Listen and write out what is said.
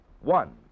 One